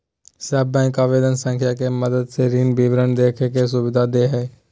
सब बैंक आवेदन संख्या के मदद से ऋण विवरण देखे के सुविधा दे हइ